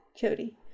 cody